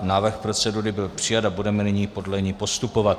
Návrh procedury byl přijat a budeme nyní podle něj postupovat.